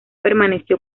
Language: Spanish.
permaneció